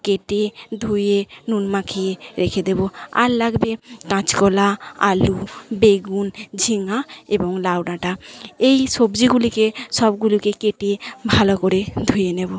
কেটে ধুয়ে নুন মাখিয়ে রেখে দেব আর লাগবে কাঁচকলা আলু বেগুন ঝিঙা এবং লাউ ডাঁটা এই সবজিগুলিকে সবগুলিকে কেটে ভালো করে ধুয়ে নেব